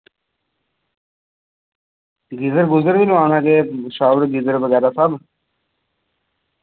geyser गुजर बी लोआना ते शावर गीजर बगैरा सब